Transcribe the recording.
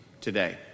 today